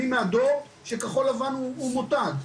אני מהדור שכחול לבן הוא מותג.